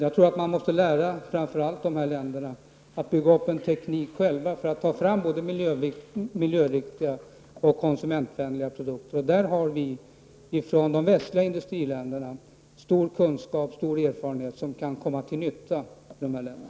Jag tror att man måste lära framför allt dessa länder att själva bygga upp en teknik för att ta fram både miljöriktiga och konsumentvänliga produkter. Och i detta sammanhang har vi från de västliga industriländerna stor kunskap och stor erfarenhet som kan bli till nytta för dessa länder.